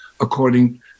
according